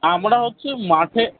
আমরা হচ্ছে মাঠে